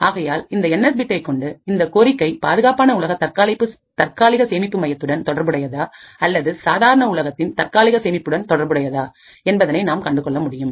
ஆகையால் இந்த என்எஸ் பிட்டை கொண்டு இந்த கோரிக்கை பாதுகாப்பான உலக தற்காலிக சேமிப்பு மையத்துடன் தொடர்புடையதா அல்லது சாதாரண உலகத்தின் தற்காலிக சேமிப்பு மையத்துடன் தொடர்புடையதா என்பதை நாம் கண்டுகொள்ள முடியும்